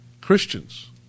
Christians